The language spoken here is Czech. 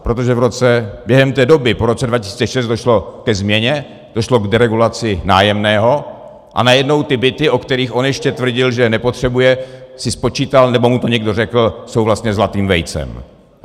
Protože během té doby po roce 2006 došlo ke změně, došlo k deregulaci nájemného a najednou ty byty, o kterých on ještě tvrdil, že je nepotřebuje, si spočítal, nebo mu to někdo řekl, jsou vlastně zlatým vejcem.